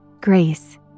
Grace